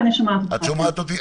אני שומעת אותך.